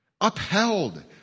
upheld